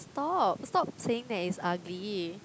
stop stop saying that it's ugly